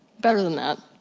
better than that,